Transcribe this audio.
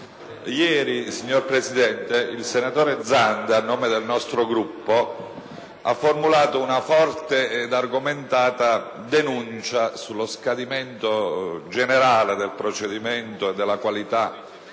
Ieri, signora Presidente, il senatore Zanda ha formulato a nome del nostro Gruppo una forte ed argomentata denuncia sullo scadimento generale del procedimento e della qualità